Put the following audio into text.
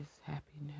Happiness